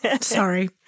sorry